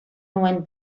nuen